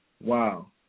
Wow